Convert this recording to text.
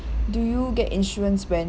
do you get insurance when